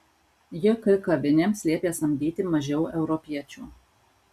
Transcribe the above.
jk kavinėms liepė samdyti mažiau europiečių